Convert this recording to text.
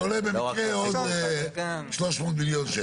שעולה במקרה עוז איזה 300 מיליון שקל.